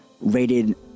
rated